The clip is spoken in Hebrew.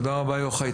תודה רבה יוחאי,